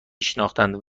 شناختند